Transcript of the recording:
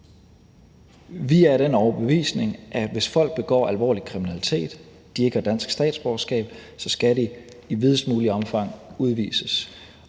Vi er af den overbevisning, at hvis folk begår alvorlig kriminalitet og de ikke har dansk statsborgerskab, så skal de i videst muligt omfang udvises.